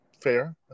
fair